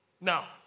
Now